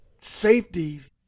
safeties